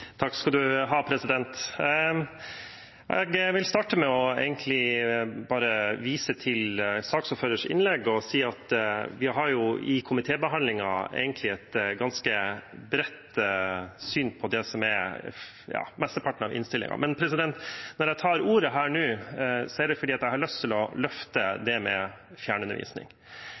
Jeg vil starte med å vise til saksordførerens innlegg og si at vi under komitébehandlingen har et egentlig ganske bredt syn på mesteparten av innstillingen. Men når jeg tar ordet nå, er det fordi jeg har lyst til å løfte det med fjernundervisning.